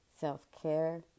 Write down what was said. self-care